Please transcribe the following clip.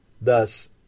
Thus